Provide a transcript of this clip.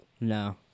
No